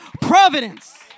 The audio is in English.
providence